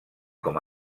com